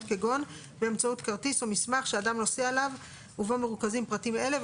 כגון באמצעות כרטיס או מסמך שהאדם נושא עליו ובו מרוכזים פרטים אלה.